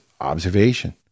observation